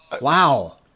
wow